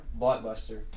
Blockbuster